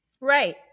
Right